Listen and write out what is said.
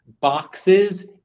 boxes